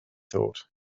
thought